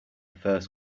first